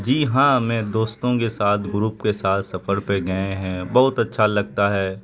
جی ہاں میں دوستوں کے ساتھ گروپ کے ساتھ سفر پہ گئے ہیں بہت اچھا لگتا ہے